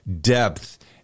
depth